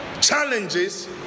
challenges